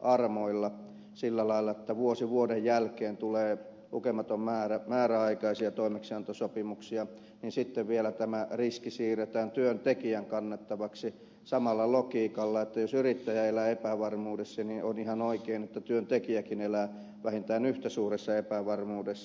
armoilla sillä lailla että vuosi vuoden jälkeen tulee lukematon määrä määräaikaisia toimeksiantosopimuksia niin sitten vielä tämä riski siirretään työntekijän kannettavaksi samalla logiikalla että jos yrittäjä elää epävarmuudessa niin on ihan oikein että työntekijäkin elää vähintään yhtä suuressa epävarmuudessa